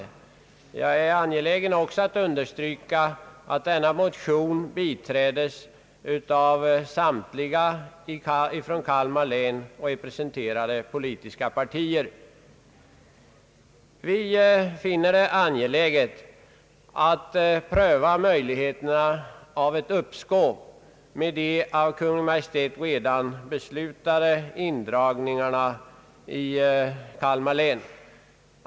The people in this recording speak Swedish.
Jag är också angelägen att understryka att dessa motioner biträdes av samtliga ifrån Kalmar län representerade politiska partier. Vi finner det angeläget att pröva möjligheterna av ett uppskov med de av Kungl. Maj:t redan beslutade indragningarna i Kalmar län.